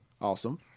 Awesome